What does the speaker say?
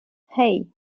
hey